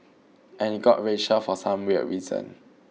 and it got racial for some weird reason